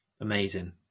Amazing